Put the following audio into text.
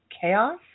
chaos